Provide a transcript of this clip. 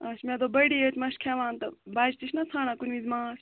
اچھا مےٚ دوٚپ بٔڑی یوٗت ما چھِ کھیٚوان تہٕ بچہِ تہِ چھِنَہ ژھانٛڈان کُنہِ وِز ماچھ